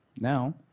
Now